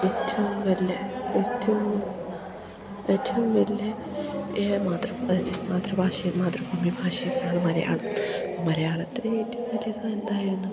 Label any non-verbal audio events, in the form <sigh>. ഏറ്റവും വലിയ ഏറ്റവും ഏറ്റവും വലിയ മാതൃഭാഷ മാതൃഭാഷ മാതൃഭൂമി ഭാഷയൊക്കെയാണ് മലയാളം മലയാളത്തിലെ ഏറ്റവും <unintelligible> എന്തായിരുന്നു